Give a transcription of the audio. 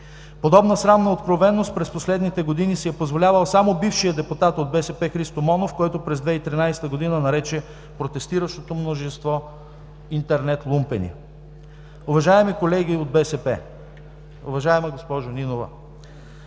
Подобна срамна откровеност през последните години си е позволявал само бившият депутат от БСП Христо Монов, който през 2013 г. нарече протестиращото мнозинство „интернет лумпени“. Уважаеми колеги от БСП, уважаема госпожо Нинова!